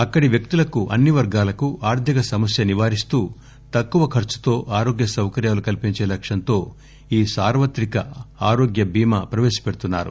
అక్కడి వ్యక్తులకు అన్సి వర్గాలకు ఆర్థిక సమస్య నివారిస్తూ తక్కువ ఖర్చుతో ఆరోగ్య సౌకర్యాలు కల్పించే లక్ష్యంతో ఈ సార్వత్రిక ఆరోగ్య భీమా ప్రపేశపెడుతున్నారు